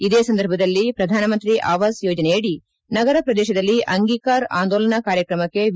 ಇದೇ ಸಂದರ್ಭದಲ್ಲಿ ಪ್ರಧಾನಮಂತ್ರಿ ಆವಾಸ್ ಯೋಜನೆಯಡಿ ನಗರ ಪ್ರದೇಶದಲ್ಲಿ ಅಂಗೀಕಾರ್ ಅಂದೋಲನಾ ಕಾರ್ಯಕ್ರಮಕ್ಕೆ ವಿ